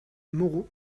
mauro